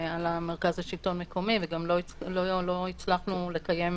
על המרכז לשלטון מקומי, וגם לא הצלחנו לקיים